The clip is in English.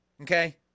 okay